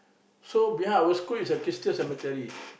so behind our school is a Christian cemetery